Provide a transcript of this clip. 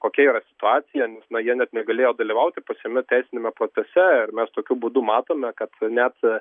kokia yra situacija nes na jie net negalėjo dalyvauti pačiame teisiniame procese ir mes tokiu būdu matome kad net